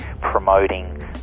promoting